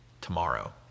tomorrow